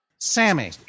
sammy